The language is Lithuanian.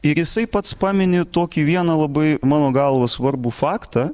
ir jisai pats pamini tokį vieną labai mano galva svarbų faktą